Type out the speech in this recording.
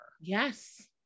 Yes